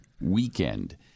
weekend